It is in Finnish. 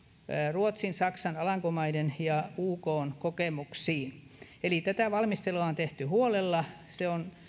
ruotsin saksan alankomaiden ja ukn kokemuksiin eli tätä valmistelua on tehty huolella se arvostelu on